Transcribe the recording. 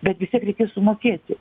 bet vis tiek reikės sumokėti